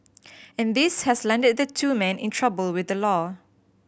and this has landed the two men in trouble with the law